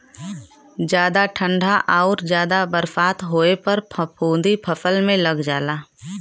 जादा ठंडा आउर जादा बरसात होए पर फफूंदी फसल में लग जाला